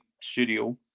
studio